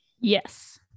yes